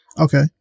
Okay